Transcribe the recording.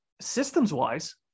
systems-wise